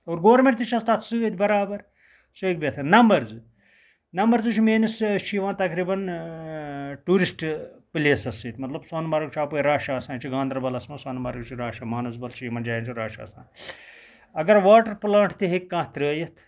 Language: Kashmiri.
اور گورمینٹ تہِ چھَس تَتھ سۭتۍ بَرابَر نَمبر زٕ نَمبر زٕ چھُ میٲنِس اَسہٕ چھِ یِوان تَقریباً ٹیورِسٹ پٕلیسَس سۭتۍ مَطلَب سوٚنہٕ مَرگ چھُ اَپٲر رَش آسان چھُ گاندَربَلَس مَنٛز سوٚنہٕ مَرٕگ چھُ رَش مانسبَل چھُ یِمَن جایَن چھُ رَش آسان اَگَر واٹَر پٕلانٹ تہٕ ہیٚکہٕ کانٛہہ ترٲیِتھ